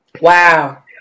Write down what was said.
Wow